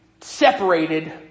separated